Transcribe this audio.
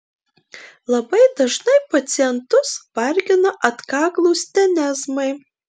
labai dažnai pacientus vargina atkaklūs tenezmai